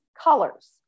colors